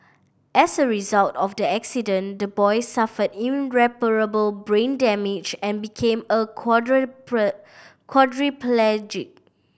as a result of the accident the boy suffered irreparable brain damage and became a quadriplegic